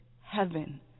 heaven